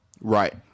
right